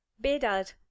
bedad